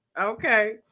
okay